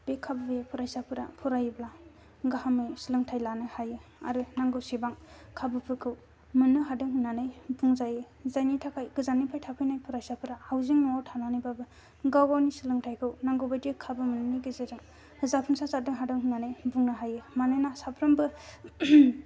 बे खाबुयै फरायसाफोरा फरायोब्ला गाहामाव सोलोंथाइ लानो हायो आरो नांगौसेबां खाबुफोरखौ मोननो हादों होननानै बुंजायो जोंनि थाखाय गोजाननिफ्राय थाफैनाय फरायसाफोरा हाउजिं न'आव थानानैबो गाव गावनि सोलोंथाइखौ नांगौ बायदि खाबुफोरनि गेजेरजों जाफुंसार जानो हादों होननानै बुंनो हायो मानोना साफ्रोमबो